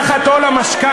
אני נאנק תחת עול המשכנתה,